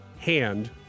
hand